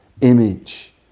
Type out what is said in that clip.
image